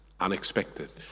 unexpected